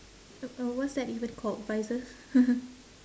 a uh what's that even called visor